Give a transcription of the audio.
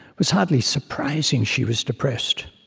was hardly surprising she was depressed.